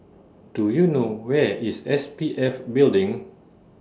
Do YOU know Where IS S P F Building